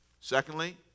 Secondly